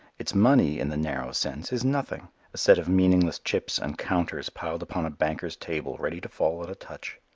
its money, in the narrow sense, is nothing a set of meaningless chips and counters piled upon a banker's table ready to fall at a touch.